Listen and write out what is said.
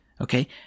okay